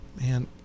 man